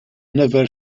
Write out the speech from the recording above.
never